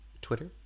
Twitter